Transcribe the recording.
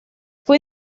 fue